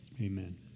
Amen